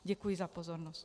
Děkuji za pozornost.